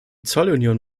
zollunion